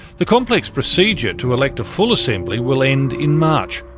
the complex procedure to elect a full assembly will end in march.